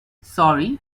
sorry